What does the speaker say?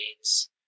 days